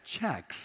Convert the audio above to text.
checks